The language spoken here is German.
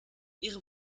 ihre